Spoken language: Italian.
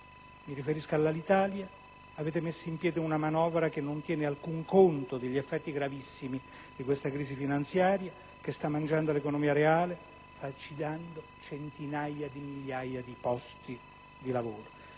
mi riferisco ad Alitalia - avete messo in piedi una manovra che non tiene in alcun conto degli effetti gravissimi di questa crisi finanziaria che sta mangiando l'economia reale, falcidiando centinaia di migliaia di posti di lavoro.